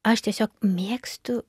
aš tiesiog mėgstu